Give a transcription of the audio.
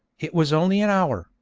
it was only an hour,